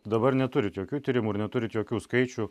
dabar neturit jokių tyrimų ir neturit jokių skaičių